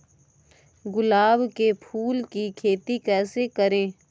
गुलाब के फूल की खेती कैसे करें?